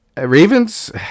Ravens